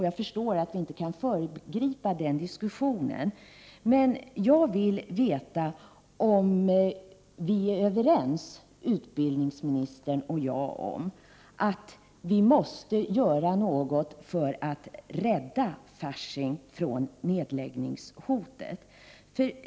Jag förstår att vi inte kan föregripa den diskussionen, men jag vill veta om vi är överens, utbildningsministern och jag, om att vi måste göra något för att rädda Fasching från nedläggningshotet.